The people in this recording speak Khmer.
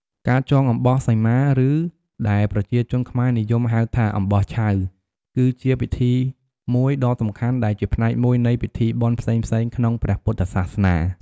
ការចងអំបោះសីមា ឬដែលប្រជាជនខ្មែរនិយមហៅថាអំបោះឆៅ គឺជាពិធីមួយដ៏សំខាន់ដែលជាផ្នែកមួយនៃពិធីបុណ្យផ្សេងៗក្នុងព្រះពុទ្ធសាសនា។